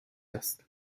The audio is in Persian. است